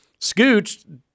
Scooch